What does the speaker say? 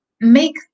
make